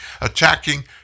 Attacking